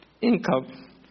income